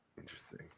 interesting